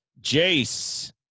Jace